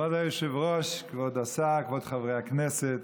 כבוד היושב-ראש, כבוד השר, כבוד חברי הכנסת,